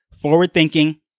forward-thinking